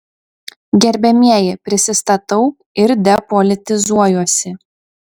gerbiamieji prisistatau ir depolitizuojuosi